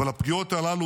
אבל הפגיעות הללו